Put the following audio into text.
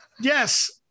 Yes